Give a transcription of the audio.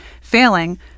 failing